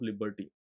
Liberty